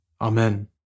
Amen